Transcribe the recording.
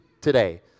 today